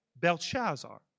Belshazzar